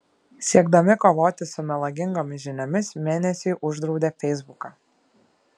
siekdami kovoti su melagingomis žiniomis mėnesiui uždraudė feisbuką